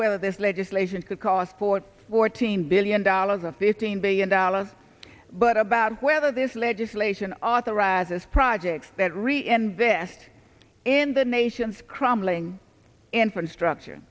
whether this legislation could cost for fourteen billion dollars of this team billion dollars but about whether this legislation authorizes projects that reinvest in the nation's crumbling infrastructure